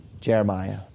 Jeremiah